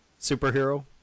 superhero